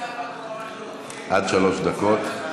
עד שלוש דקות.